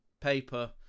paper